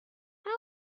how